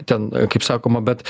ten kaip sakoma bet